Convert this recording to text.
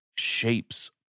shapes